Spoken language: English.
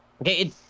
okay